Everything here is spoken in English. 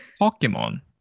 Pokemon